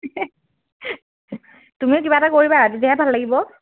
তুমিও কিবা এটা কৰিবা তেতিয়াহে ভাল লাগিব